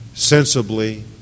sensibly